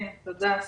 תודה.